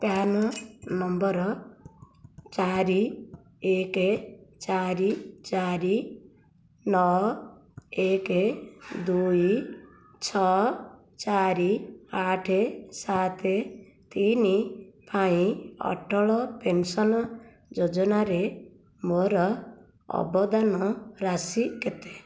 PRAN number ଚାରି ଏକ ଚାରି ଚାରି ନଅ ଏକ ଦୁଇ ଛଅ ଚାରି ଆଠ ସାତ ତିନି ପାଇଁ ଅଟଳ ପେନ୍ସନ୍ ଯୋଜନାରେ ମୋର ଅବଦାନ ରାଶି କେତେ